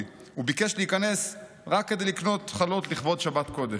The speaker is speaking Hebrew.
וביקש להיכנס רק כדי לקנות חלות לכבוד שבת קודש.